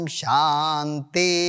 Shanti